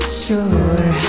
sure